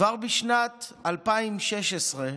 כבר בשנת 2016,